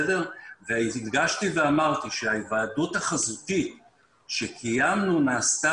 הדגשתי ואמרתי שההיוועדות החזותית שקיימנו נעשתה